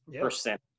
percent